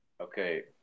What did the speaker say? Okay